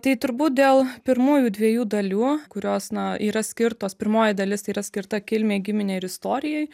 tai turbūt dėl pirmųjų dviejų dalių kurios na yra skirtos pirmoji dalis tai yra skirta kilmei giminei ir istorijai